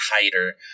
tighter